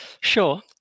Sure